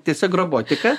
tiesiog robotiką